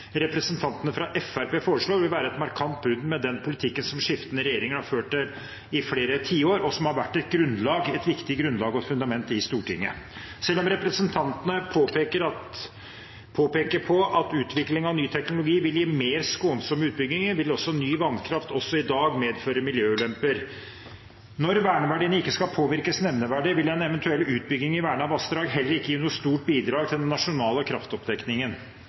representantene fra Fremskrittspartiet foreslår, vil være et markant brudd med den politikken som skiftende regjeringer har ført i flere tiår, og som har vært et viktig grunnlag og fundament i Stortinget. Selv om representantene peker på at utvikling av ny teknologi vil gi mer skånsomme utbygginger, vil ny vannkraft også i dag medføre miljøulemper. Når verneverdiene ikke skal påvirkes nevneverdig, vil en eventuell utbygging i vernede vassdrag heller ikke gi noe stort bidrag til den nasjonale kraftoppdekningen.